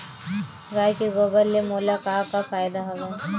गाय के गोबर ले मोला का का फ़ायदा हवय?